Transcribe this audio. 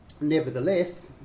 Nevertheless